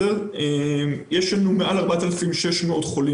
יש לנו למעלה מ-4,600 חולים